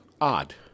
odd